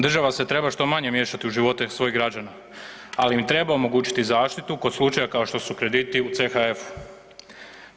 Država se treba što miješati u živote svojih građana ali im treba omogućiti zaštitu kod slučaja kao što su krediti u CHF-u.